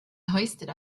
hoisted